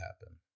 happen